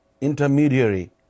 intermediary